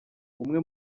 umwe